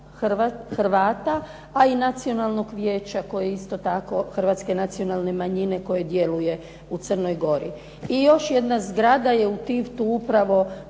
Hrvata pa i Nacionalnog vijeća koje isto tako Hrvatske nacionalne manjine koje djeluje u Crnoj Gori. I još jedna zgrada je u Tivtu upravo,